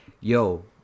yo